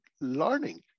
learning